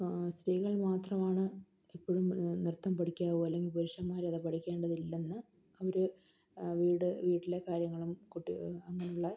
സ്ത്രീകൾ മാത്രമാണ് ഇപ്പോഴും നൃത്തം പഠിക്കാവൂ അല്ലെങ്കിൽ പുരുഷന്മാര് അത് പഠിക്കേണ്ടതില്ലെന്ന് അവര് വീട് വീട്ടിലെ കാര്യങ്ങളും അങ്ങനെയുള്ള